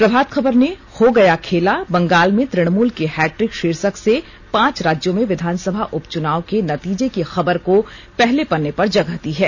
प्रभात खबर ने हो गया खेला बंगाल में तृणमूल की हैट्रिक शीर्षक से पांच राज्यों में विधानसभा उपचुनाव के नतीजे की खबर को पहले पन्ने पर जगह दी है